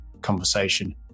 conversation